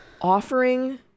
offering